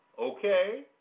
Okay